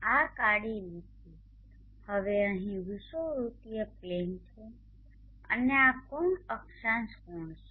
આ કાળી લીટી હવે અહીં વિષુવવૃત્તીય પ્લેન છે અને આ કોણ અક્ષાંશ કોણ છે